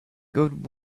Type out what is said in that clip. good